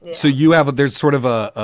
yeah so you have it. there's sort of a